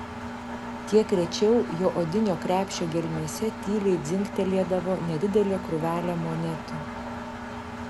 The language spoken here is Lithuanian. kiek rečiau jo odinio krepšio gelmėse tyliai dzingtelėdavo nedidelė krūvelė monetų